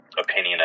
opinion